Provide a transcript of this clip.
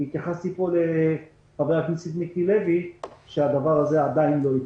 והתייחסתי פה לחבר הכנסת מיקי לוי שהדבר הזה עדיין לא התקדם.